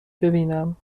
ببینم